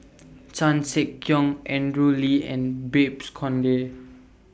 Chan Sek Keong Andrew Lee and Babes Conde